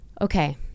Okay